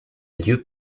lieu